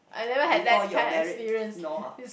before your marriage no !huh!